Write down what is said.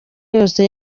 yose